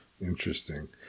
Interesting